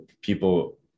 people